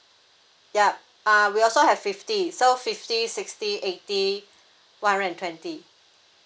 yup uh we also have fifty so fifty sixty eighty one hundred and twenty